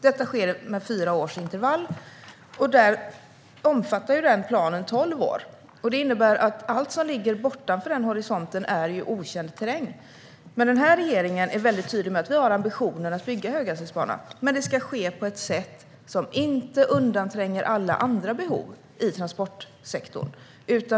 Detta sker med fyra års intervall, och planen omfattar tolv år. Det innebär att allt som ligger bortanför den horisonten är okänd terräng. Den här regeringen är dock väldigt tydlig med att vi har ambitionen att bygga höghastighetsbana, men det ska ske på ett sätt som inte undantränger alla andra behov i transportsektorn.